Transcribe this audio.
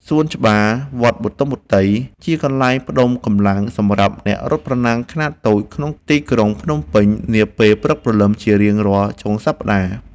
សួនច្បារវត្តបទុមវត្តី ជាកន្លែងផ្ដុំកម្លាំងសម្រាប់អ្នករត់ប្រណាំងខ្នាតតូចក្នុងទីក្រុងភ្នំពេញនាពេលព្រឹកព្រលឹមជារៀងរាល់ចុងសប្តាហ៍។